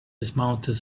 dismounted